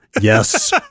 Yes